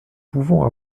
pouvons